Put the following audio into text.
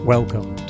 Welcome